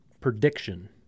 Prediction